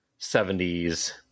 70s